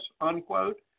unquote